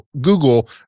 Google